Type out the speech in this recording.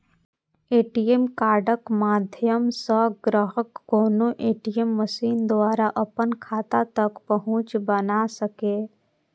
ATM कार्डक माध्यम सं ग्राहक कोनो ए.टी.एम मशीन द्वारा अपन खाता तक पहुंच बना सकैए